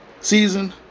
season